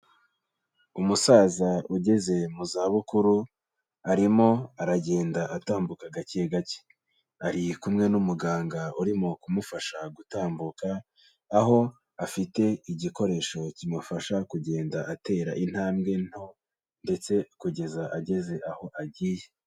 Umusaza ugeze mu zabukuru, arimo aragenda atambuka gake gake, ari kumwe n'umuganga urimo kumufasha gutambuka, aho afite igikoresho kimufasha kugenda atera intambwe nto ndetse kugeza ageze aho agiye.